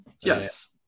Yes